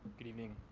good evening.